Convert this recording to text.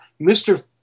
Mr